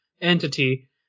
entity